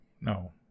no